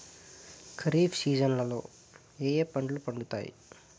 ఖరీఫ్ సీజన్లలో ఏ ఏ పంటలు పండుతాయి